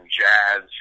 jazz